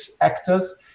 actors